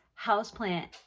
houseplant